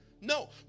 No